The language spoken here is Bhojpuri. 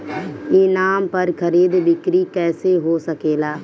ई नाम पर खरीद बिक्री कैसे हो सकेला?